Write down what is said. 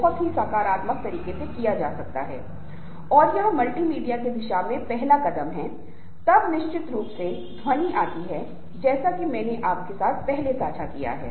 इसलिए हमेशा स्थिति के आधार पर लक्ष्य को परिभाषित करने के लिए की गुंजाइश होनी चाहिए क्योंकि कभी कभी बाहर की ताकत अथवा वातावरण हमारे हाथ में नहीं हो सकते हैं